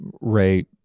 Ray